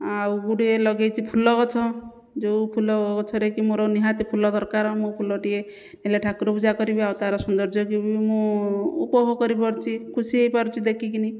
ଆଉ ଗୁଡ଼ିଏ ଲଗାଇଛି ଫୁଲ ଗଛ ଯେଉଁ ଫୁଲ ଗଛରେ କି ମୋର ନିହାତି ଫୁଲ ଦରକାର ମୁଁ ଫୁଲଟିଏ ହେଲେ ଠାକୁର ପୂଜା କରିବି ଆଉ ତା'ର ସୌନ୍ଦର୍ଯ୍ୟକୁ ବି ମୁଁ ଉପଭୋଗ କରିପାରୁଛି ଖୁସି ହୋଇପାରୁଛି ଦେଖିକିନି